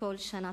בכל שנה.